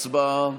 הצבעה.